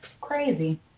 crazy